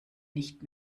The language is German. nicht